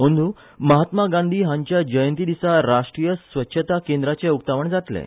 अंद महात्मा गांधी हांच्या जयंतीदिसा राष्ट्रीय स्वच्छता केंद्राचे उक्तावण जातलें